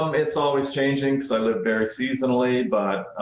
um it's always changing, so i live very seasonally, but,